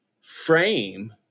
frame